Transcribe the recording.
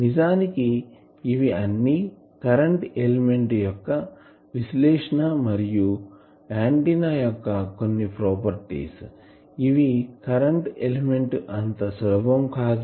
నిజానికి ఇవి అన్ని కరెంటు ఎలిమెంట్ యొక్క విశ్లేషణ మరియు ఆంటిన్నా యొక్క కొన్ని ప్రాపర్టీస్ ఇవి కరెంటు ఎలిమెంట్ అంతా సులభం కాదు